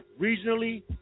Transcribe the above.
regionally